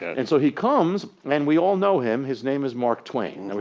and so he comes and we all know him, his name is mark twain. i mean